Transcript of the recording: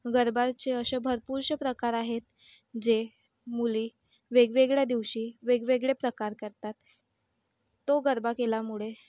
गरबाचे असे भरपूरसे प्रकार आहेत जे मुली वेगवेगळ्या दिवशी वेगवेगळे प्रकार करतात तो गरबा केल्यामुळे